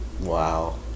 Wow